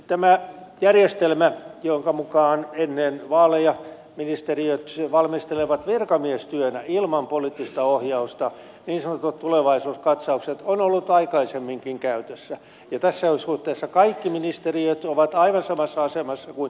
tämä järjestelmä jonka mukaan ennen vaaleja ministeriöt valmistelevat virkamiestyönä ilman poliittista ohjausta niin sanotut tulevaisuuskatsaukset on ollut aikaisemminkin käytössä ja tässä suhteessa kaikki ministeriöt ovat aivan samassa asemassa kuin ulkoasiainministeriö